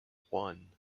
one